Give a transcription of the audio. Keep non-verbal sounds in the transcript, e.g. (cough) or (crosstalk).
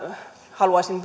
haluaisin (unintelligible)